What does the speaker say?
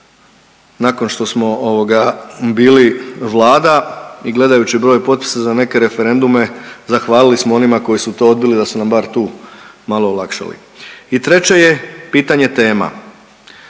Nakon što smo ovoga bili vlada i gledajući broj potpisa za neke referendume zahvalili smo onima koji su to odbili da su nam bar tu malo olakšali. I treće je pitanje tema